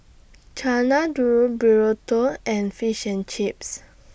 Chana Dal Burrito and Fish and Chips